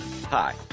Hi